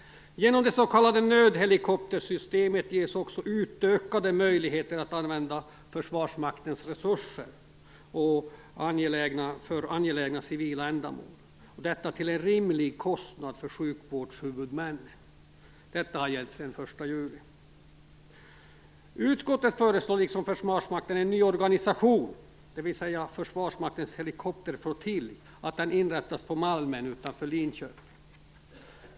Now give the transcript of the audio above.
Genom det s.k. nödhelikoptersystemet ges också utökade möjligheter att använda Försvarsmaktens resurser för angelägna civila ändamål till en rimlig kostnad för sjukvårdshuvudmännen. Detta har gällt sedan den 1 juli. Utskottet föreslår, liksom Försvarsmakten, att en ny organisation - Försvarsmaktens helikopterflottilj - inrättas på Malmen utanför Linköping.